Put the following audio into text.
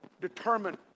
determine